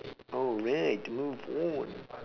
oh next move on